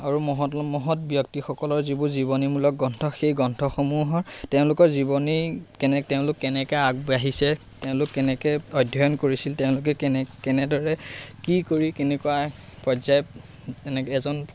আৰু মহৎ মহৎ ব্যক্তিসকলৰ যিবোৰ জীৱনীমূলক গ্ৰন্থ সেই গ্ৰন্থসমূহৰ তেওঁলোকৰ জীৱনী কেনে তেওঁলোক কেনেকৈ আগবাঢ়িছে তেওঁলোকে কেনেকৈ অধ্যয়ন কৰিছিল তেওঁলোকে কেনে কেনেদৰে কি কৰি কেনেকুৱা পৰ্যায়ত এনে এজন